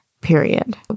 period